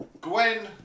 Gwen